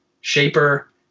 shaper